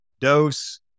dose